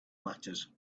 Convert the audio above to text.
matters